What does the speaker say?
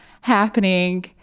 happening